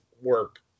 work